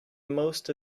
most